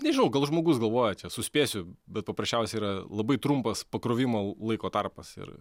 nežinau gal žmogus galvojat čia suspėsiu bet paprasčiausiai yra labai trumpas pakrovimo laiko tarpas ir